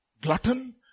glutton